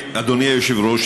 אדוני היושב-ראש,